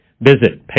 Visit